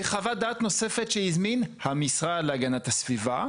וחוות דעת נוספת שהזמין המשרד להגנת הסביבה,